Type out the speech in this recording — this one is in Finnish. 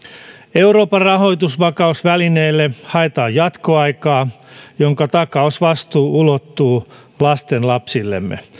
euroopan rahoitusvakausvälineelle haetaan jatkoaikaa jonka takausvastuu ulottuu lastenlapsillemme